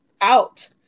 out